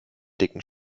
dicken